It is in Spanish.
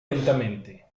lentamente